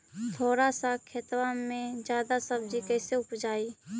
थोड़ा सा खेतबा में जादा सब्ज़ी कैसे उपजाई?